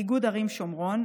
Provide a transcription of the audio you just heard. איגוד ערים שומרון,